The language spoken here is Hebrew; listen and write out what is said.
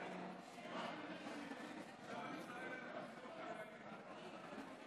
בבקשה, מי שרוצה להישאר באולם, הברכות